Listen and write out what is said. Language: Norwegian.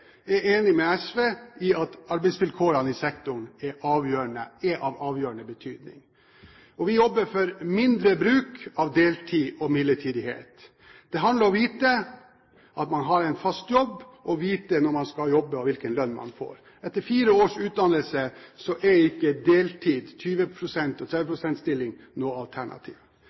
jeg svært glad for at en samlet komité er enig med SV i at arbeidsvilkårene i sektoren er av avgjørende betydning. Vi jobber for mindre bruk av deltid og midlertidighet. Det handler om å vite at man har en fast jobb, å vite når man skal jobbe, og hvilken lønn man får. Etter fire års utdannelse er ikke deltid, 20 pst. eller 30 pst. stilling noe alternativ.